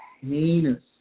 heinous